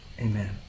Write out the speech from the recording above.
Amen